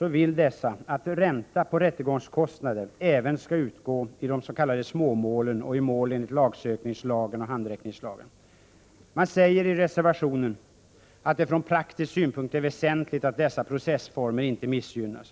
vill dessa att ränta på rättegångskostnader även skall utgå i de s.k. småmålen och i mål enligt lagsökningslagen och handräckningslagen. Man säger i reservationen att det från praktisk synpunkt är väsentligt att dessa processformer inte missgynnas.